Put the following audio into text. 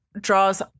draws